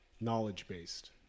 knowledge-based